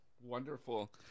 wonderful